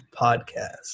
podcast